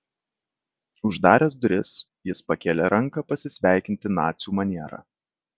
uždaręs duris jis pakėlė ranką pasisveikinti nacių maniera